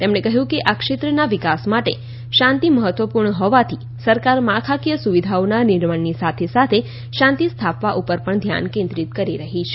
તેમણે કહ્યું કે આ ક્ષેત્રના વિકાસ માટે શાંતિ મહત્વપૂર્ણ હોવાથી સરકાર માળખાકીય સુવિધાઓના નિર્માણની સાથે શાંતિ સ્થાપવા પર પણ ધ્યાન કેન્દ્રિત કરી રહી છે